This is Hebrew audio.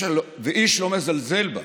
ואיש לא מזלזל בה.